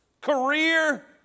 career